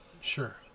sure